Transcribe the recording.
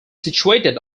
situated